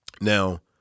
Now